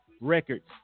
records